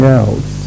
else